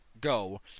go